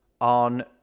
On